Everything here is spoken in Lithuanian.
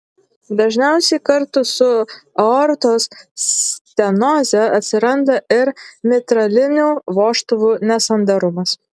dažniausiai kartu su aortos stenoze atsiranda ir mitralinių vožtuvų nesandarumas